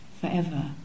forever